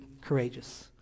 courageous